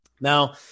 Now